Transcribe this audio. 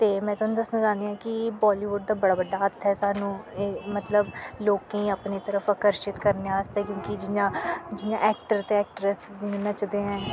ते में थोहानूं दस्सना चाह्नी ऐं कि बालीवुड दा बड़ा बड्डा हत्थ ऐ साह्नू ए मतलव लोकें अपनी तरफ अकर्शित करने आस्तै क्योंकि जियां जियां ऐक्टर ते ऐक्टरस नचदे ऐं